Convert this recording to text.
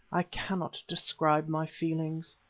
i cannot describe my feelings.